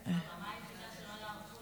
עוד כמה מילים בגלל היום הזה.